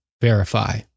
verify